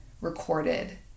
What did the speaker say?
recorded